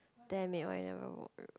damn it why I never vote you